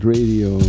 Radio